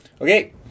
okay